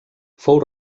fou